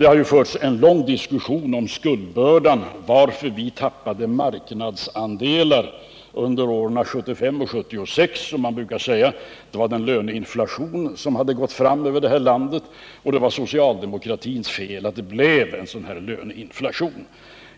Det har förts en lång diskussion om skuldbördan, varför vi tappade marknadsandelar under åren 1975-1976. Man brukar säga att orsaken var den löneinflation som hade gått fram över landet och att det var socialdemokraternas fel att det blev en sådan löneinflation.